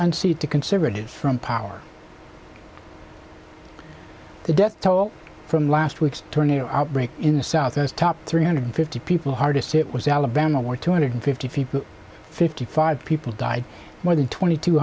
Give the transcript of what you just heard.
unseat the conservatives from power the death toll from last week's tornado outbreak in the south as top three hundred fifty people hardest hit was alabama where two hundred fifty people fifty five people died more than twenty two